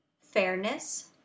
fairness